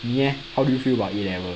你 eh how do you feel about A level